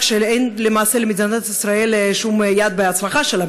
שאין למעשה למדינת ישראל שום יד בהצלחה שלה,